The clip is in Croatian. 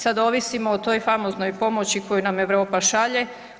Sad ovisimo o toj famoznoj pomoći koju nam Europa šalje.